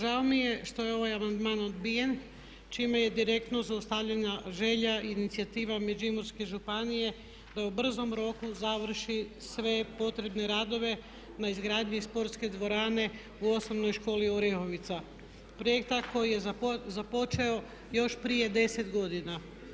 Žao mi je što je ovaj amandman odbijen čime je direktno zaustavljena želja i inicijativa Međimurske županije da u brzom roku završi sve potrebne radove na izgradnji sportske dvorane u O.Š. Orehovica, projekta koji je započeo još prije 10 godina.